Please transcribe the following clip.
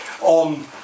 on